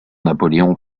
napoléon